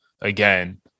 again